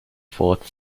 fourth